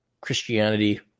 Christianity